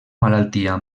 malaltia